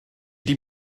wedi